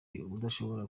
udashobora